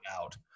out